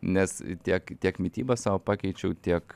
nes tiek tiek mitybą savo pakeičiau tiek